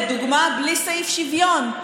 לדוגמה בלי סעיף שוויון?